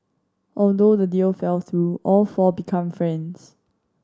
although the deal fell through all four become friends